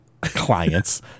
clients